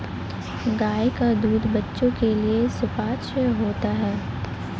गाय का दूध बच्चों के लिए सुपाच्य होता है